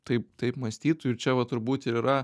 taip taip mąstytų ir čia va turbūt ir yra